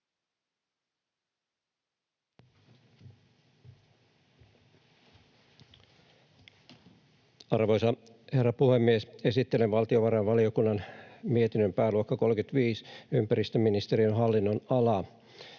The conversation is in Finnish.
Arvoisa herra puhemies! Esittelen valtiovarainvaliokunnan mietinnön pääluokan 35, ympäristöministeriön hallinnonala.